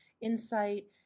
insight